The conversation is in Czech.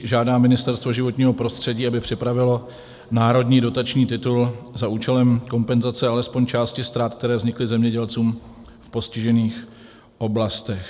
Žádá Ministerstvo životního prostředí, aby připravilo národní dotační titul za účelem kompenzace alespoň části ztrát, které vznikly zemědělcům v postižených oblastech.